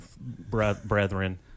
brethren